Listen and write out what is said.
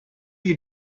you